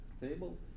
table